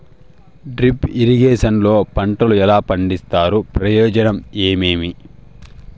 Drip irrigation లో పంటలు ఎలా పండిస్తారు ప్రయోజనం ఏమేమి?